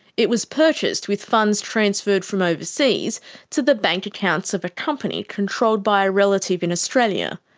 it was purchased with funds transferred from overseas to the bank accounts of a company controlled by a relative in australia.